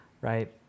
right